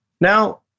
Now